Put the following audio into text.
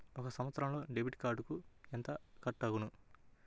ఒక సంవత్సరంలో డెబిట్ కార్డుకు ఎంత కట్ అగును?